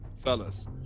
fellas